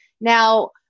Now